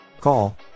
Call